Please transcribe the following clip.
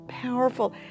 Powerful